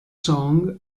song